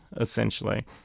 essentially